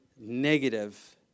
negative